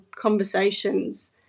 conversations